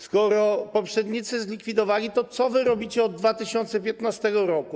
Skoro poprzednicy zlikwidowali, to co wy robicie od 2015 r.